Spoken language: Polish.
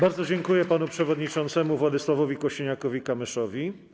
Bardzo dziękuję panu przewodniczącemu Władysławowi Kosiniakowi-Kamyszowi.